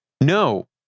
No